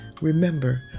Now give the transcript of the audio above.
Remember